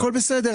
הכול בסדר.